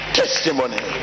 testimony